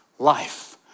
life